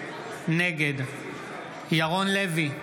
נגד ירון לוי,